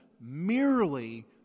merely